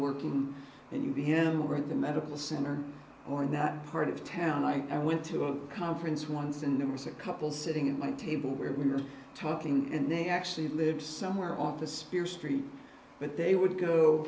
working and you begin over at the medical center or in that part of town i went to a conference once and there was a couple sitting at my table where we were talking and they actually lived somewhere off the spears street but they would go